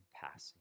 passing